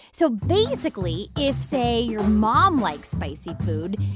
so basically, if, say, your mom likes spicy food,